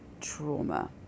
trauma